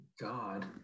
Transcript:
God